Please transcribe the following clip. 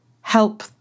help